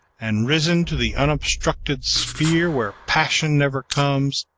and risen to the unobstructed sphere where passion never comes,